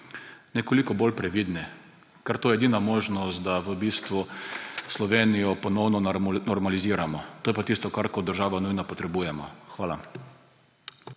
nekoliko bolj previdni. Ker je to edina možnost, da Slovenijo ponovno normaliziramo. To je pa tisto, kar kot država nujno potrebujemo. Hvala.